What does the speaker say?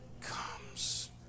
comes